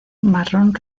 marrón